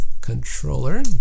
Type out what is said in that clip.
controller